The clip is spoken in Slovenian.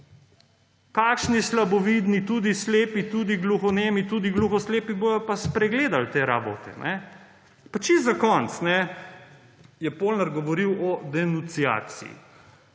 kakšni slabovidni, tudi slepi, tudi gluhonemi, tudi gluhoslepi bodo pa spregledali te rabote. Pa čisto za konec. Polnar je govoril o denunciaciji.